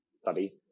study